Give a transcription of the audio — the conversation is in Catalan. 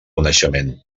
coneixement